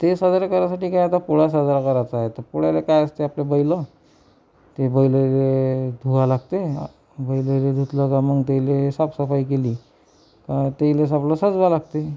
ते साजरे करायसाठी तर काय आता पोळा साजरा करायचाय तर पोळ्याला काय असते तर आपले बैल ते बैल धुवा लागते बैल धुतलं की मग ते लै साफसफाई केली ते ली आपलं सजवा लागते